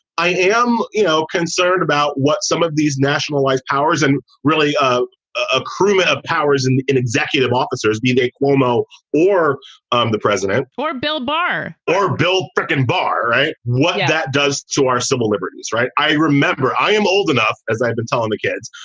i am, you know, concerned about what some of these nationalized powers and really ah ah crewmen of powers and an executive officers officers and a cuomo or um the president or bill barr or bill like and barr. right. what that does to our civil liberties. right. i remember i am old enough as i've been telling the kids.